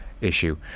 issue